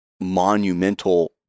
monumental